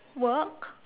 work